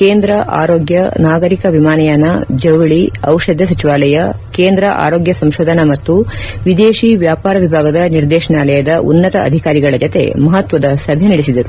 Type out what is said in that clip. ಕೇಂದ್ರ ಆರೋಗ್ಯ ನಾಗರಿಕ ವಿಮಾನಯಾನ ಜವಳಿ ಔಷಧ ಸಚಿವಾಲಯ ಕೇಂದ್ರ ಆರೋಗ್ಯ ಸಂಶೋಧನಾ ಮತ್ತು ವಿದೇಶಿ ವ್ಯಾಪಾರ ವಿಭಾಗದ ನಿರ್ದೇಶನಾಲಯದ ಉನ್ನತ ಅಧಿಕಾರಿಗಳ ಜತೆ ಮಹತ್ನದ ಸಭೆ ನದೆಸಿದರು